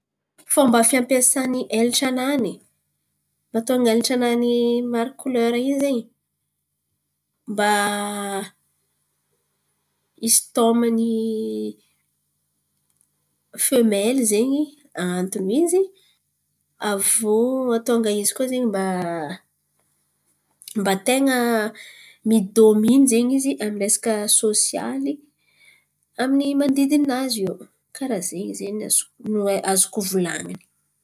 Fomba fampiasany elatra-nany mahatonga elatra-nany maro kolera in̈y ze mba hisotomany femaily zen̈y antony. Aviô matonga izy mba tain̈a midominy ze amy resaka sosialy amin’ny manodidiny nazy io karà zen̈y ze no azoko volaniny.